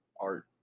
art